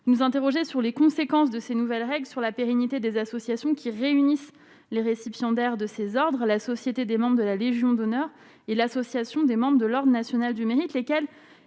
nous interroger sur les conséquences de ces nouvelles règles sur la pérennité des associations qui réunissent les récipiendaires de ses Oeuvres à la Société des membres de la Légion d'honneur et l'association des membres de l'Ordre national du Mérite, lesquels